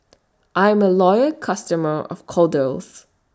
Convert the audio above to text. I'm A Loyal customer of Kordel's